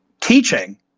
teaching